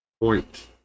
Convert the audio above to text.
point